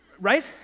Right